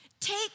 Take